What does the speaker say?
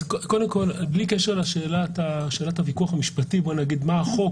בלי קשר לשאלת הוויכוח המשפטי מה החוק